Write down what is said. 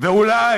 ואולי,